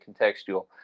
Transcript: contextual